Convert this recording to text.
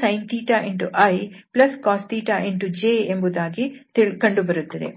sin icos j ಎಂಬುದಾಗಿ ಕಂಡುಬರುತ್ತದೆ